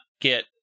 get